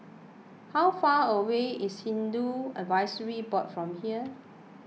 how far away is Hindu Advisory Board from here